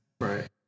right